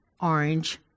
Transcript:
orange